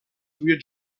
سوی